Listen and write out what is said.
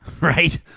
Right